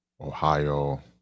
ohio